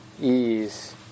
ease